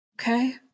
okay